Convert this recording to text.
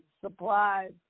supplies